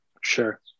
Sure